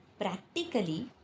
practically